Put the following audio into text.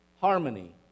harmony